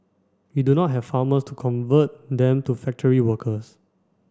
we do not have farmers to convert them to factory workers